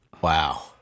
Wow